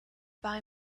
buy